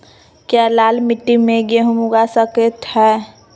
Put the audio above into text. क्या लाल मिट्टी में गेंहु उगा स्केट है?